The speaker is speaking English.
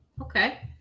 okay